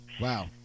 wow